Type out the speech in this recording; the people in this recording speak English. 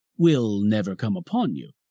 will never come upon you.